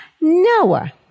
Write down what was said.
Noah